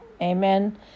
Amen